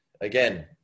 again